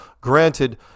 granted